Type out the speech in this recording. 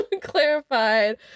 clarified